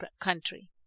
country